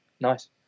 nice